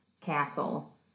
castle